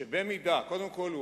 קודם כול,